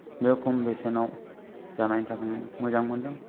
बे खम बेसेनाव जानायनि थाखायनो मोजां मोनदों